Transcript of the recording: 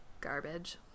Garbage